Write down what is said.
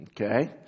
Okay